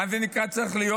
מה זה נקרא "צריך להיות"?